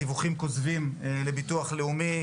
דיווחים כוזבים לביטוח לאומי,